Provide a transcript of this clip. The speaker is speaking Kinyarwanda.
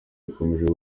rikomeje